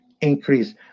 increase